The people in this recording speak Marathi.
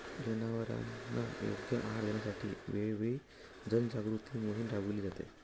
जनावरांना योग्य आहार देण्यासाठी वेळोवेळी जनजागृती मोहीम राबविली जाते